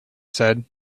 said